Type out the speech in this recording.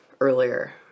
earlier